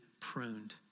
pruned